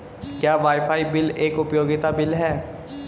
क्या wifi bill एक उपयोगिता बिल है?